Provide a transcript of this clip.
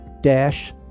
dash